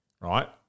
Right